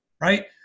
right